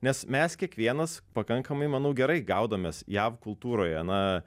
nes mes kiekvienas pakankamai manau gerai gaudomės jav kultūroje na